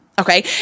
Okay